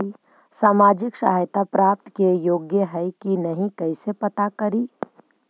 सामाजिक सहायता प्राप्त के योग्य हई कि नहीं कैसे पता करी?